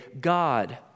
God